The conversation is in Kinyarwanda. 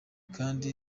kandi